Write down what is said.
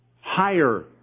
higher